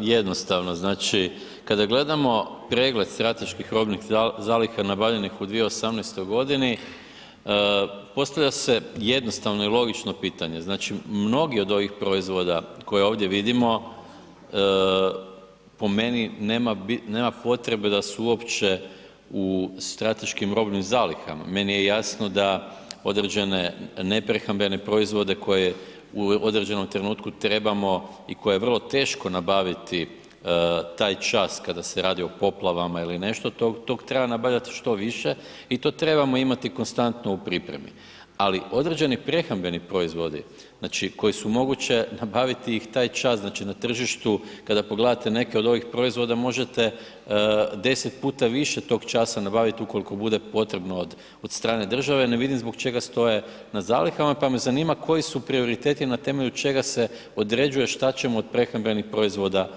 jednostavno, znači kada gledamo pregled strateških robnih zaliha nabavljenih u 2018. g., postavlja se jednostavno i logično pitanje, znači mnogi od ovih proizvoda koje ovdje vidimo po meni nema potrebe da su uopće u strateškim robnim zalihama, meni je jasno da određene neprehrambene proizvode koje u određenom trenutku trebamo i koje je vrlo teško nabaviti taj čas kada se radi o poplavama ili nešto, tog treba nabavljati što više i to trebamo imati konstantno u pripremi ali određeni prehrambeni proizvodi, značko koji su moguće nabaviti ih taj čas, znači na tržištu kada pogledate neke od ovih proizvoda, možete 10 puta više tog časa nabavit ukoliko bude potrebno do strane države, ne vidim zbog čega stoje na zalihama pa me zanima koji su prioriteti i na temelju čega se određuje šta ćemo od prehrambenih proizvoda nabavljati?